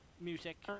music